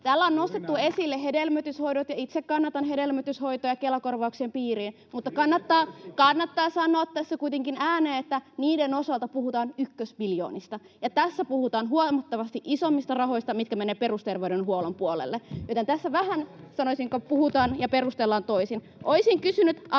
Täällä on nostettu esille hedelmöityshoidot, ja itse kannatan hedelmöityshoitoja Kela-korvauksien piiriin, [Ben Zyskowicz: No miksi te poistitte ne?] mutta kannattaa sanoa tässä kuitenkin ääneen, että niiden osalta puhutaan ykkösmiljoonista, ja tässä puhutaan huomattavasti isommista rahoista, mitkä menevät perusterveydenhuollon puolelle, joten tässä vähän sanoisinko puhutaan ja perustellaan toisin. Olisin kysynyt,